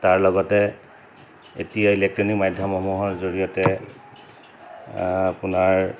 তাৰ লগতে এতিয়া ইলেক্ট্ৰনিক মাধ্যমসমূহৰ জৰিয়তে আপোনাৰ